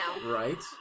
Right